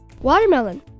Watermelon